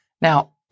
Now